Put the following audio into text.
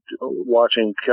watching